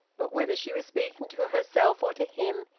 but whether she was speaking to herself or to him,